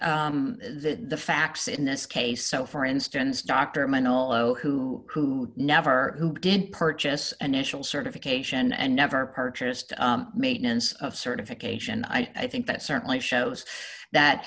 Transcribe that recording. to the facts in this case so for instance dr menal oh who never who did purchase an initial certification and never purchased maintenance of certification i think that certainly shows that